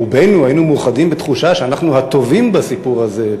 רובנו היינו מאוחדים בתחושה שאנחנו הטובים בסיפור הזה,